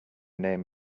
name